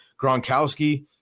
Gronkowski